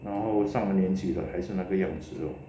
然后上了年纪了还是那个样子 lor